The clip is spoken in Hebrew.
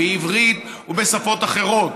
בעברית ובשפות אחרות,